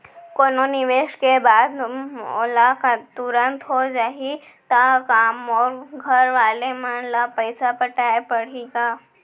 कोनो निवेश के बाद मोला तुरंत हो जाही ता का मोर घरवाले मन ला पइसा पटाय पड़ही का?